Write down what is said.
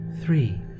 Three